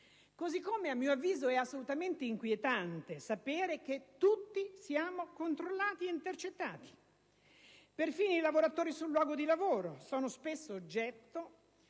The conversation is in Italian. così come a mio avviso è assolutamente inquietante sapere che tutti siamo controllati e intercettati. Perfino i lavoratori sul luogo di lavoro sono spesso oggetto